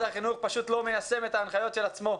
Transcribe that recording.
החינוך פשוט לא מיישם את ההנחיות של עצמו.